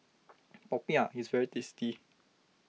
Popiah is very tasty